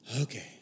Okay